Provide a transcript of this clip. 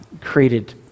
created